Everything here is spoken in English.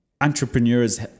entrepreneurs